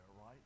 right